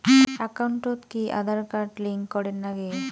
একাউন্টত কি Aadhaar card link করের নাগে?